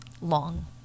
long